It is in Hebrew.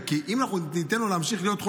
כי אם ניתן לו להמשיך להיות חולה,